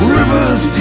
rivers